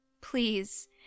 Please